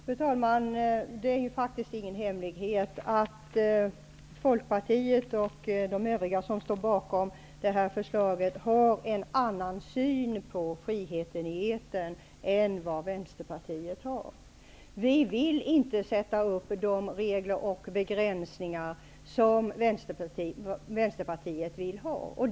Fru talman! Det är faktiskt ingen hemlighet att Folkpartiet och de övriga som står bakom detta förslag har en annan syn på friheten i etern än vad Vänsterpartiet har. Vi vill inte sätta upp de regler och begränsningar som Vänsterpartiet vill ha.